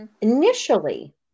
initially